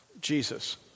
Jesus